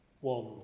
One